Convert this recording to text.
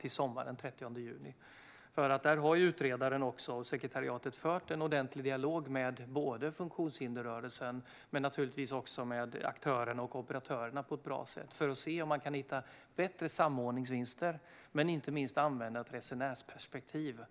till sommaren - den 30 juni. Utredaren och sekretariatet har fört en ordentlig dialog med funktionshindersrörelsen men naturligtvis också med aktörerna och operatörerna på ett bra sätt för att se om man kan hitta bättre samordningsvinster, men inte minst använda ett resenärsperspektiv.